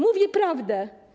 Mówię prawdę.